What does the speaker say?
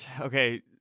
Okay